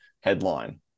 headline